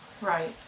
Right